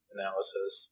analysis